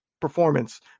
performance